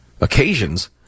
occasions